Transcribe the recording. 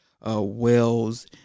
Wells